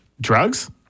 drugs